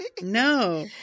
No